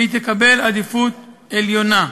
והיא תקבל עדיפות עליונה.